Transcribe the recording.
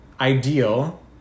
ideal